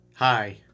Hi